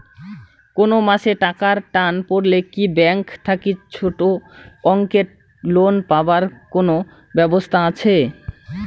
কুনো মাসে টাকার টান পড়লে কি ব্যাংক থাকি ছোটো অঙ্কের লোন পাবার কুনো ব্যাবস্থা আছে?